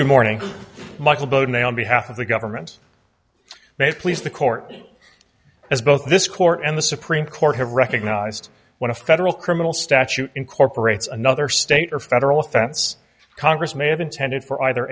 good morning michael bowden on behalf of the government may please the court as both this court and the supreme court have recognized when a federal criminal statute incorporates another state or federal offense congress may have intended for either